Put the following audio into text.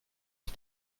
ich